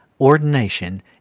ordination